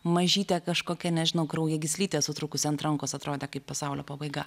mažytė kažkokia nežinau kraujagyslytė sutrūkusi ant rankos atrodė kaip pasaulio pabaiga